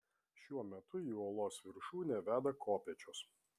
šiuo metu į uolos viršūnę veda kopėčios